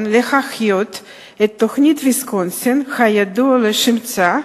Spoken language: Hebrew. להחיות את תוכנית ויסקונסין הידועה לשמצה,